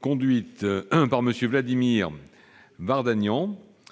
conduite par M. Vladimir Vardanyan,